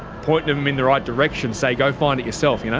pointing them in the right direction, say go find it yourself, you know